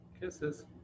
Kisses